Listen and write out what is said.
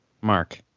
Mark